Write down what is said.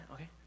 Okay